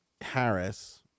Harris